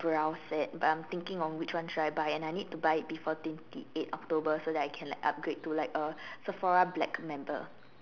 brow set but I'm thinking of which one should I buy and I need to buy it before twenty eight October so that I can like upgrade to like a Sephora black member